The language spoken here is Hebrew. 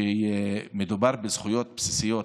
מדובר בזכויות בסיסיות